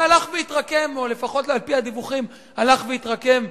שהלך והתרקם, או לפחות לפי הדיווחים הלך והתרקם,